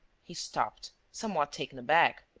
he stopped, somewhat taken aback.